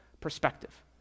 perspective